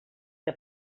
que